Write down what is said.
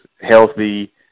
healthy